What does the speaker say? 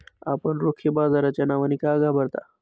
आपण रोखे बाजाराच्या नावाने का घाबरता?